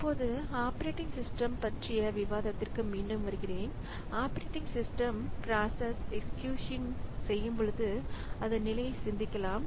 இப்போது operating system பற்றிய விவாதத்திற்கு மீண்டும் வருகிறேன் ஆப்பரேட்டிங் சிஸ்டம் பிராசஸ் எக்சீக்யூடிங் செய்யும்பொழுது அதன் நிலையை சிந்திக்கலாம்